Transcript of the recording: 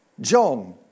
John